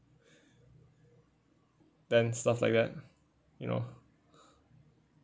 then stuff like that you know